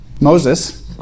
Moses